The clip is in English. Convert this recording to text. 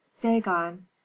dagon